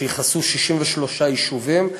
שיכסו 63 יישובים.